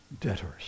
debtors